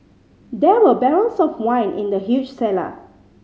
there were barrels of wine in the huge cellar